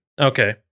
Okay